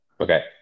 Okay